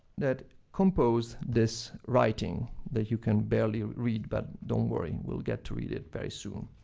that composed this writing that you can barely read. but don't worry. we'll get to read it very soon.